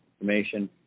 information